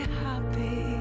happy